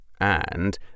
And